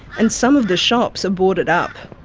and some of the shops are boarded up.